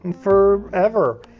forever